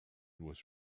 was